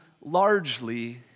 largely